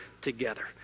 together